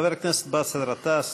חבר הכנסת באסל גטאס.